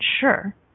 sure